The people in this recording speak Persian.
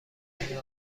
این